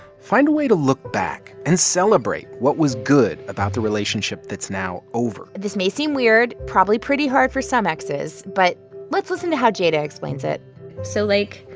find a way to look back and celebrate what was good about the relationship that's now over this may seem weird, probably pretty hard for some exes. but let's listen to how jada explains it so, like,